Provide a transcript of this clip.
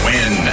Win